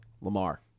Lamar